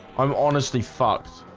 i'm honestly fucked